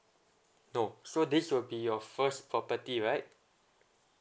no so this will be your first property right